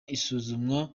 isuzuma